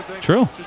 True